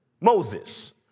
Moses